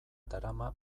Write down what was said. darama